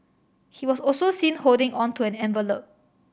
he was also seen holding on to an envelop